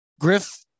Griff